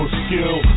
skill